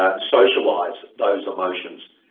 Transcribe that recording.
ah socialise those emotions,